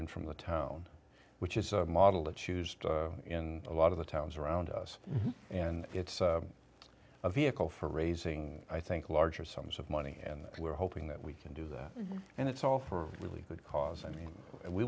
in from the town which is a model that used in a lot of the towns around us and it's a vehicle for raising i think larger sums of money and we're hoping that we can do that and it's all for really good cause i mean we